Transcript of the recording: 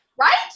Right